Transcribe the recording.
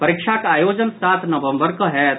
परीक्षाक आयोजन सात नवम्बर कऽ होयत